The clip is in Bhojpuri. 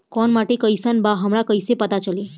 कोउन माटी कई सन बा हमरा कई से पता चली?